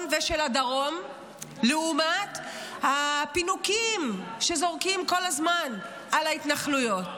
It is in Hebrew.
ושל הדרום לעומת הפינוקים שזורקים על ההתנחלויות כל הזמן.